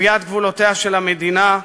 וקביעת גבולותיה של המדינה,